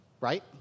right